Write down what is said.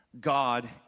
God